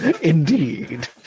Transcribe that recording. Indeed